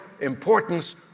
importance